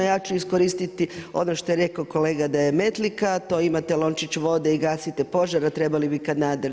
Ja ću iskoristiti ono što je rekao kolega Demetlika, a to imate lončić vode i gasite požar, a trebali bi kanader.